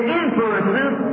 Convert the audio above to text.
influences